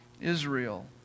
Israel